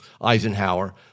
eisenhower